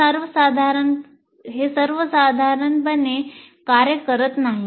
हे समाधानकारकपणे कार्य करत नाही